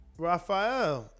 Raphael